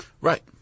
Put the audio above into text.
Right